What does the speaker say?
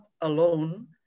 alone